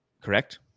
Correct